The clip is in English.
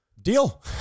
Deal